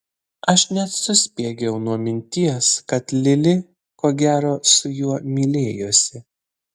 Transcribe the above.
aš net suspiegiau nuo minties kad lili ko gero su juo mylėjosi